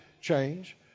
change